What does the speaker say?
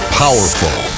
powerful